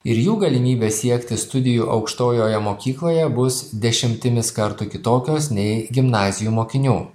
ir jų galimybės siekti studijų aukštojoje mokykloje bus dešimtimis kartų kitokios nei gimnazijų mokinių